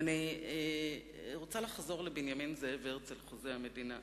אני רוצה לחזור לבנימין זאב הרצל, חוזה המדינה.